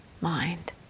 mind